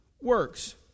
works